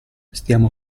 stiamo